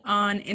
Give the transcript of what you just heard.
on